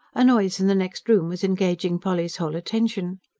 a noise in the next room was engaging polly's whole attention.